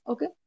Okay